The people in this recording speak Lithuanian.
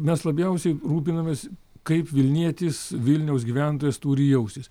mes labiausiai rūpinamės kaip vilnietis vilniaus gyventojas turi jaustis